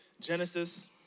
Genesis